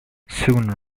soon